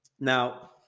Now